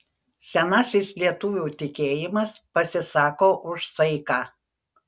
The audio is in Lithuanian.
senasis lietuvių tikėjimas pasisako už saiką